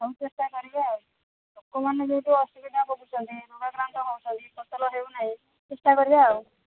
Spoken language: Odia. ହଉ ଚେଷ୍ଟାକରିବା ଆଉ ଲୋକମାନେ ଯୋଉଠୁ ଅସୁବିଧା ଭୋଗୁଛନ୍ତି ରୋଗାକ୍ରାନ୍ତ ହେଉଛନ୍ତି ଫସଲ ହେଉନାହିଁ ଚେଷ୍ଟାକରିବା ଆଉ